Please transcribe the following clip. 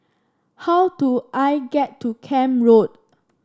how do I get to Camp Road